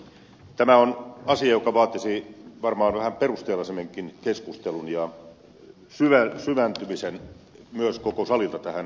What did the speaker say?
tämä on asia joka vaatisi varmaan vähän perusteellisemmankin keskustelun ja syventymisen myös koko salilta tähän asiaan